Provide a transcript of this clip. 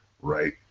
right